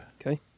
Okay